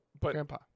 Grandpa